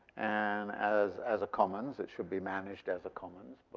and as as a commons, it should be managed as a commons,